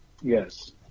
Yes